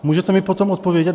Můžete mi potom odpovědět?